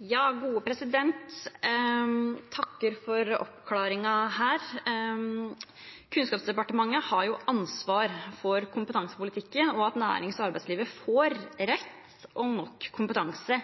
Jeg takker for oppklaringen her. Kunnskapsdepartementet har ansvar for kompetansepolitikken og for at nærings- og arbeidslivet får rett og nok kompetanse,